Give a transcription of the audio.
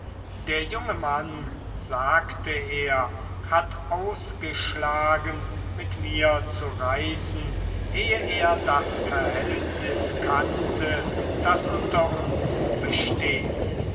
der junge mann sagte er hat ausgeschlagen mit mir zu reisen ehe er das verhältnis kannte das unter uns besteht